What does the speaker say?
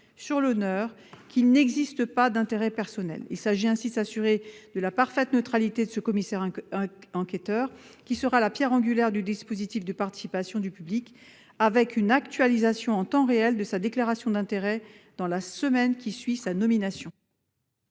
sur l'honneur qu'il n'a pas d'intérêt personnel au projet. On s'assurerait ainsi de la parfaite neutralité de ce commissaire enquêteur, qui sera la pierre angulaire du dispositif de participation du public, grâce à une actualisation en temps réel de sa déclaration d'intérêts dans la semaine qui suit sa nomination.